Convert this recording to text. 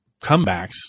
comebacks